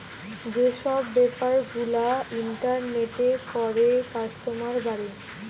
যে সব বেপার গুলা ইন্টারনেটে করে কাস্টমার বাড়ে